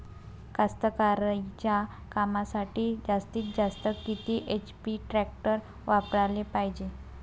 कास्तकारीच्या कामासाठी जास्तीत जास्त किती एच.पी टॅक्टर वापराले पायजे?